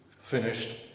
finished